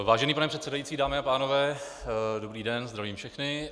Vážený pane předsedající, dámy a pánové, dobrý den, zdravím všechny.